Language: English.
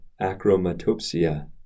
achromatopsia